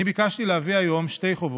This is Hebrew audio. אני ביקשתי להביא היום שתי חובות,